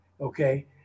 okay